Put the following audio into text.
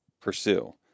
pursue